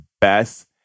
best